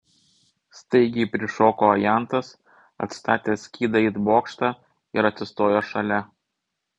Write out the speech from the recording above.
staigiai prišoko ajantas atstatęs skydą it bokštą ir atsistojo šalia